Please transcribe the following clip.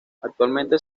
actualmente